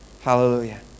Hallelujah